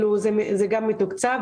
זה מתוקצב.